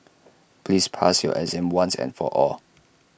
please pass your exam once and for all